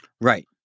Right